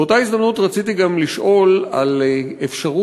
באותה הזדמנות רציתי גם לשאול על אפשרות